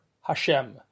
Hashem